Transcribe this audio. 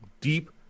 Deep